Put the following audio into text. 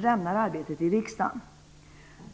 lämnar arbetet i riksdagen.